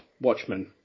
Watchmen